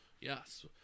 Yes